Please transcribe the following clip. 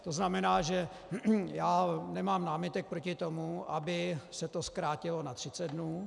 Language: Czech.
To znamená, že já nemám námitek proti tomu, aby se to zkrátilo na třicet dnů.